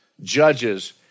Judges